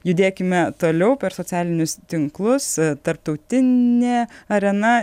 judėkime toliau per socialinius tinklus tarptautinė arena